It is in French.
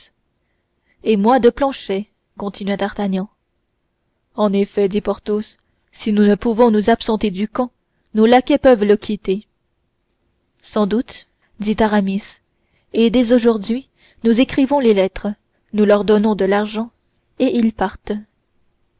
et moi de planchet continua d'artagnan en effet dit porthos si nous ne pouvons nous absenter du camp nos laquais peuvent le quitter sans doute dit aramis et dès aujourd'hui nous écrivons les lettres nous leur donnons de l'argent et ils partent